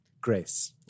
grace